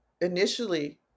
initially